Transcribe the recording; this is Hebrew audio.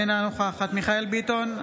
אינה נוכחת מיכאל מרדכי ביטון,